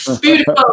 beautiful